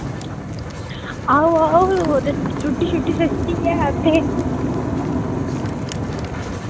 आहो आहो रुट्टी सस्ती ऐ इत्थें